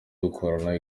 dukorana